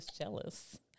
Jealous